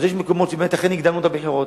אז יש מקומות שבאמת הקדמנו את הבחירות.